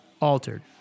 altered